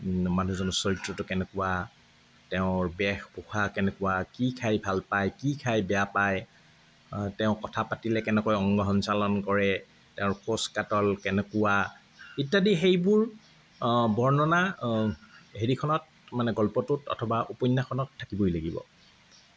মানুহজনৰ চৰিত্ৰটো কেনেকুৱা তেওঁৰ বেশ ভূশা কেনেকুৱা কি খাই ভাল পায় কি খাই বেয়া পায় তেওঁ কথা পাতিলে কেনেকৈ অংগ সঞ্চালন কৰে তেওঁৰ খোজ কাটল কেনেকুৱা ইত্যাদি সেইবোৰ বৰ্ণনা হেৰিখনত মানে গল্পটোত অথবা উপন্যাসখনত থাকিবই লাগিব